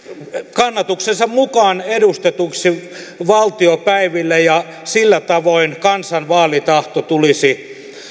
kannatuksensa mukaan edustetuiksi valtiopäiville ja sillä tavoin kansan vaalitahto tulisi